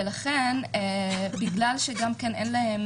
גם בגלל שאין להן